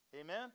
Amen